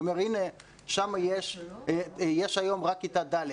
הוא אומר, הנה, שם יש היום רק כיתה ד'.